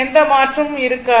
எந்த மாற்றமும் இருக்காது